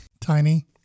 Tiny